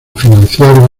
financiar